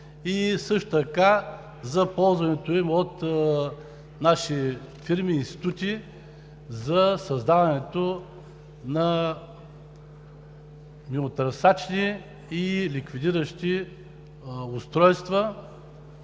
също така за ползването им от наши фирми и институти за създаването на минотърсачни и ликвидиращи устройства,